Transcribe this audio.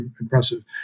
impressive